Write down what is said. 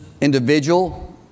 individual